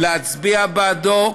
להצביע בעדו,